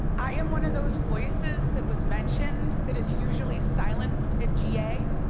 i am one of those voices that was mentioned that is usually silenced at ga.